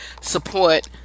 support